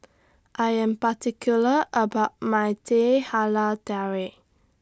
I Am particular about My Teh Halia Tarik